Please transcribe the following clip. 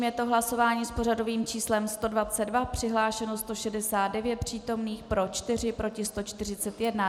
Je to hlasování s pořadovým číslem 122, přihlášeno 169 přítomných, pro 4, proti 141.